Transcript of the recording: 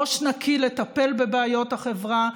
ראש נקי לטפל בבעיות החברה,